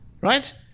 right